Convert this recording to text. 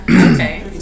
Okay